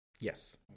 Yes